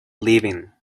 living